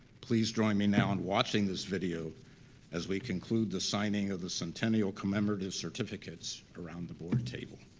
please join me now in watching this video as we conclude the signing of the centennial commemorative certificates around the board table.